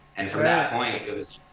and from that point it goes,